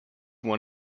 one